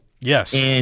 Yes